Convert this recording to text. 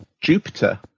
Jupiter